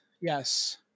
Yes